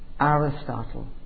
Aristotle